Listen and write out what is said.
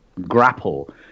Grapple